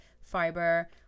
fiber